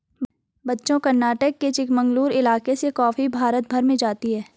बच्चों कर्नाटक के चिकमंगलूर इलाके से कॉफी भारत भर में जाती है